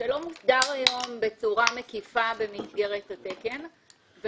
שלא מסודר היום בצורה מקיפה במסגרת התקן.